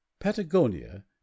patagonia